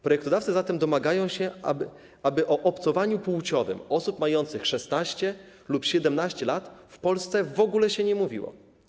Projektodawcy zatem domagają się, aby o obcowaniu płciowym osób mających 16 lub 17 lat w Polsce w ogóle się nie mówiło.